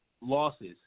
losses